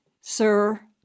sir